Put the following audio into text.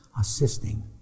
assisting